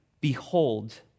Behold